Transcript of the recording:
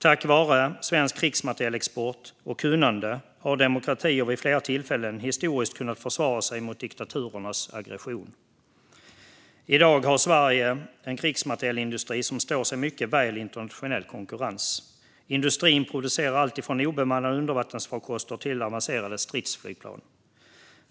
Tack vare svensk krigsmaterielexport och svenskt kunnande har demokratier vid flera tillfällen historiskt kunnat försvara sig mot diktaturernas aggression. I dag har Sverige en krigsmaterielindustri som står sig mycket väl i internationell konkurrens. Industrin producerar allt från obemannade undervattensfarkoster till avancerade stridsflygplan.